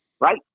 right